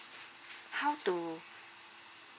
how to